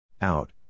Out